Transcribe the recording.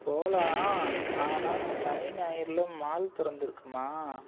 போகலாம் ஆனால் சனி ஞாயிறில் மால் திறந்திருக்குமா